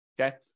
Okay